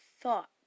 thought